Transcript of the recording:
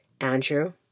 andrew